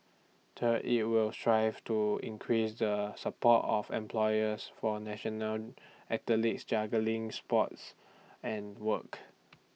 third IT will strive to increase the support of employers for national athletes juggling sports and work